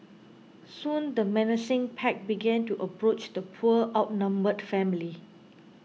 soon the menacing pack began to approach the poor outnumbered family